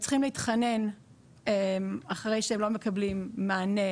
הם צריכים להתחנן אחרי שהם לא מקבלים מענה